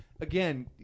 Again